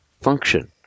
function